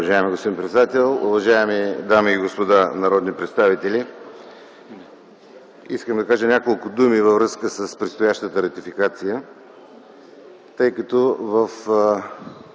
уважаеми господин председател. Уважаеми дами и господа народни представители! Искам да кажа няколко думи във връзка с предстоящата ратификация, тъй като в